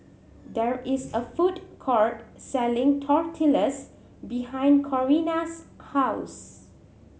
there is a food court selling Tortillas behind Corrina's house